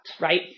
right